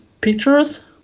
pictures